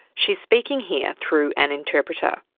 she's speaking here through an interpreter.